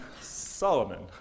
Solomon